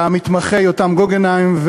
למתמחה יותם גוגנהיים,